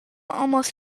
almost